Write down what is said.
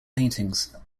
paintings